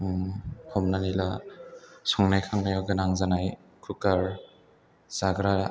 हमनानै ला संनाय खावनायाव गोनां जानाय कुकार जाग्रा